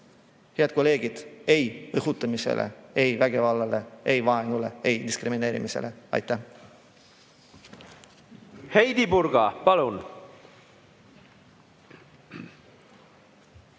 Head kolleegid, ei õhutamisele, ei vägivallale, ei vaenule, ei diskrimineerimisele! Aitäh! Heidy Purga, palun!